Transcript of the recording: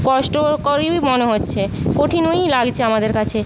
কষ্টকরই মনে হচ্ছে কঠিনই লাগছে আমাদের কাছে